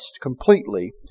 completely